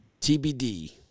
TBD